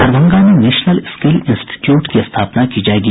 दरभंगा में national skill institute की स्थापना की जायेगी